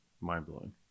Mind-blowing